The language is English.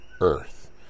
earth